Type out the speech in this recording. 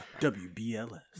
WBLS